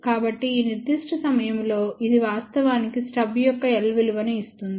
కాబట్టి ఈ నిర్దిష్ట సమయంలో ఇది వాస్తవానికి స్టబ్ యొక్క l విలువను ఇస్తుంది మరియు ఇది 0